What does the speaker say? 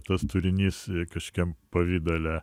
tas turinys kažkokiam pavidale